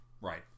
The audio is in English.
Right